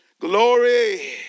Glory